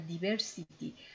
diversity